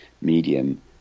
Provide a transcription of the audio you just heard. medium